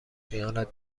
خیانت